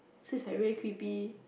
so it's like very creepy